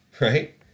right